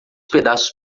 pedaços